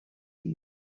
you